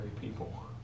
people